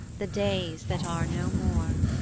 the days that are no more